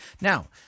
Now